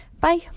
Bye